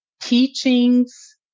teachings